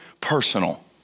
personal